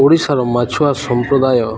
ଓଡ଼ିଶାର ମାଛୁଆ ସମ୍ପ୍ରଦାୟ